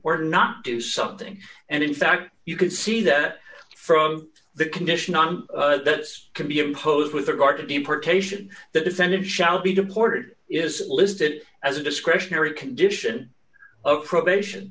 or not do something and in fact you can see that from the condition that can be imposed with regard to deportation the defendant shall be deported is listed as a discretionary condition of probation